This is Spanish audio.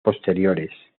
posteriores